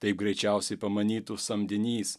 taip greičiausiai pamanytų samdinys